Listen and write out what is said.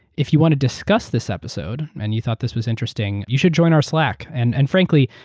if you want to discuss this episode, and you thought this was interesting, you should join our slack. and and frankly,